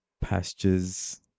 pastures